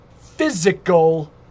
physical